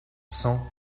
cent